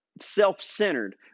self-centered